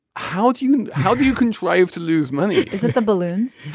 how do you how do you contrive to lose money if the balloons